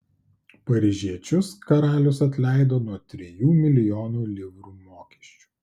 paryžiečius karalius atleido nuo trijų milijonų livrų mokesčių